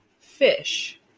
fish